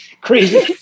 crazy